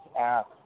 ask